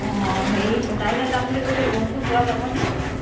অঁ হেৰি সোনাৰীলে যাম বুলি কৈছোঁ ৰুম চুম পোৱা যাব নি তাত বাৰু